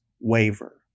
waver